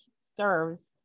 serves